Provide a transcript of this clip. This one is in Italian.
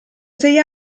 sei